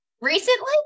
Recently